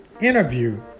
interview